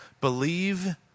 believe